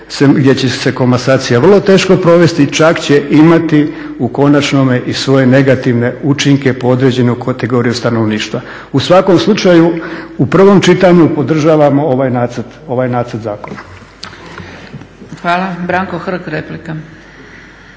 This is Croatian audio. gdje se će komasacija vrlo teško provesti, čak će imati u konačnome i svoje negativne učinke po određenoj kategoriji stanovništva. U svakom slučaju u prvom čitanju podržavamo ovaj nacrt zakona. **Zgrebec, Dragica